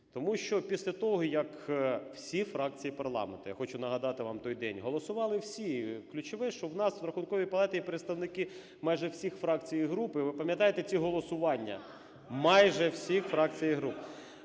Тому що після того, як всі фракції парламенту… Я хочу нагадати вам той день: голосували всі ключові, що у нас в Рахунковій палаті є, представники майже всіх фракцій і груп, і ви пам'ятаєте ці голосування. (Шум у залі) Майже всіх фракцій і груп.